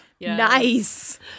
Nice